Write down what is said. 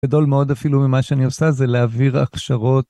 גדול מאוד אפילו ממה שאני עושה זה להעביר הכשרות.